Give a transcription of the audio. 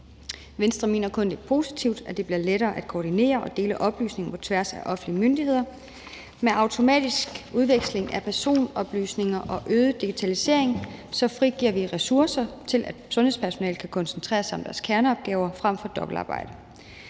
Venstre mener kun, at det er positivt, at det bliver lettere at koordinere og dele oplysninger på tværs af offentlige myndigheder. Med automatisk udveksling af personoplysninger og øget digitalisering frigiver vi ressourcer til, at sundhedspersonalet kan koncentrere sig om deres kerneopgaver frem for dobbeltarbejde.